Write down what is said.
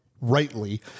rightly